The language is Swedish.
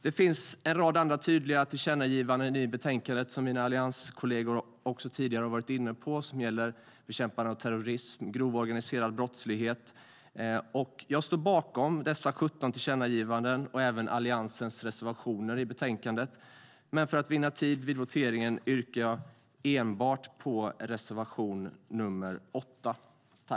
Det finns i betänkandet en rad andra tillkännagivanden, som mina allianskolleger varit inne på. Det gäller bland annat bekämpandet av terrorism och grov organiserad brottslighet. Jag står bakom de 17 tillkännagivandena och Alliansens reservationer i betänkandet, men för tids vinnande yrkar jag bifall endast till reservation nr 8.